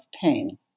pain